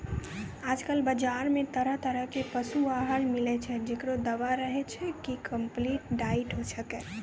आजकल बाजार मॅ तरह तरह के पशु आहार मिलै छै, जेकरो दावा रहै छै कि कम्पलीट डाइट छेकै